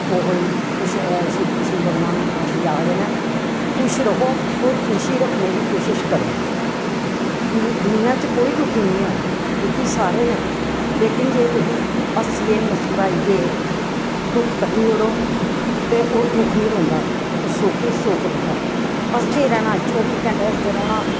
ओह् ही श्री कृष्ण भगवान जी आखदे न खुश रहो ओह् खुश ही रक्खने दी कोशश करो कि दुनियां च कोई दुखी निं ऐ दुखी सारे न लेकिन जे तुस हस्सियै मुसकराइयै दुख कट्टी ओड़ो ते ओह् दुख निं रौंह्दा ओह् सुख ही सुख होंदा हसदे रैह्ना चौबी घैंटे हसदे रौह्ना